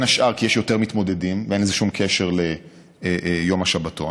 השאר בכך שיש יותר מתמודדים ואין לזה שום קשר ליום שבתון?